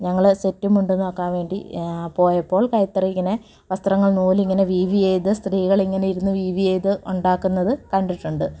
ഞങ്ങൾ സെറ്റ് മുണ്ട് നോക്കാൻ വേണ്ടി പോയപ്പോൾ കൈത്തറി ഇങ്ങനെ വസ്ത്രങ്ങൾ നൂലിങ്ങനെ വിവി ചെയ്ത് സ്ത്രീകളിങ്ങനെ ഇരുന്ന് വിവി ചെയ്ത് ഉണ്ടാക്കുന്നത് കണ്ടിട്ടുണ്ട്